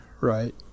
Right